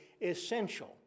essential